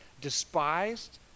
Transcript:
despised